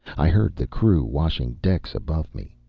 i heard the crew washing decks above me.